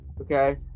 okay